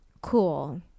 Cool